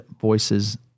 Voices